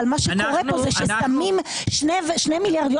אבל מה שקורה פה זה ששמים שני מיליארד שקלים,